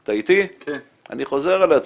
אני חוזר על עצמי,